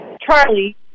Charlie